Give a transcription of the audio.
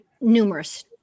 Numerous